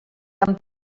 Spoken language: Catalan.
amb